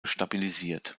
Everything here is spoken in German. stabilisiert